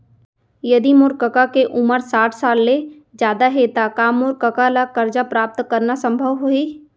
यदि मोर कका के उमर साठ साल ले जादा हे त का मोर कका ला कर्जा प्राप्त करना संभव होही